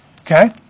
Okay